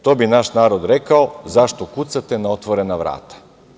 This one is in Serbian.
To bi naš narod rekao – zašto kucate na otvorena vrata.